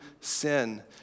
sin